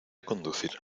conducir